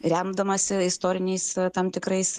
remdamasi istoriniais tam tikrais